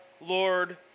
Lord